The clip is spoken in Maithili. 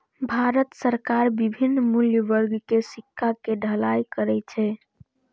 भारत सरकार विभिन्न मूल्य वर्ग के सिक्का के ढलाइ करै छै